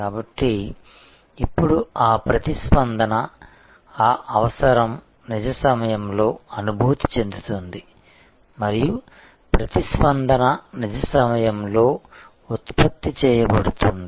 కాబట్టి ఇప్పుడు ఆ ప్రతిస్పందన ఆ అవసరం నిజ సమయంలో అనుభూతి చెందుతుంది మరియు ప్రతిస్పందన నిజ సమయంలో ఉత్పత్తి చేయబడుతుంది